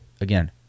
again